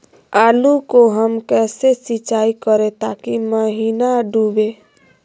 आलू को हम कैसे सिंचाई करे ताकी महिना डूबे?